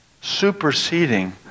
superseding